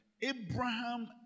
Abraham